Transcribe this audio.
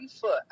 foot